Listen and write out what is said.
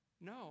no